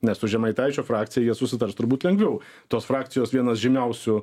nes su žemaitaičio frakcija jie susitars turbūt lengviau tos frakcijos vienas žymiausių